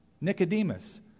Nicodemus